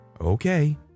Okay